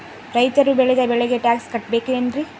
ರೈತರು ಬೆಳೆದ ಬೆಳೆಗೆ ಟ್ಯಾಕ್ಸ್ ಕಟ್ಟಬೇಕೆನ್ರಿ?